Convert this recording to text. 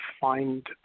find